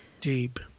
Deep